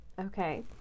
Okay